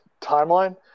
timeline